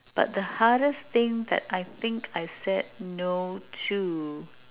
but the hardest thing that I think I said no to